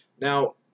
Now